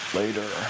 later